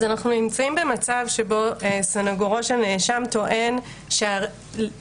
אז אנחנו נמצאים במצב שבו סנגורו של נאשם טוען שלעניין